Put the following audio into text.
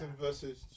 versus